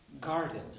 garden